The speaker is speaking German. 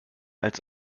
als